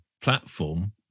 platform